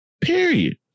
period